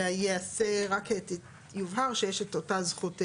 אלא יובהר שיש את אותה זכות סירוב.